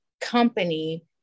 company